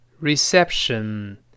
reception